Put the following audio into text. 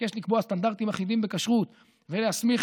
שביקש לקבוע סטנדרטים אחידים בכשרות ולהסמיך